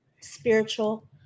spiritual